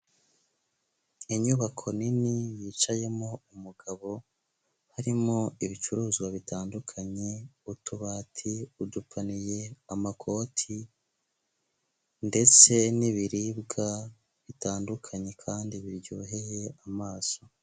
Inyubako nini yicayemo umugabo, harimo ibicuruzwa bitandukanye, utubati, udupaniye, amakoti ndetse n'ibiribwa bitandukanye kandi biryoheye amaso.